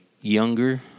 younger